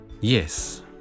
Yes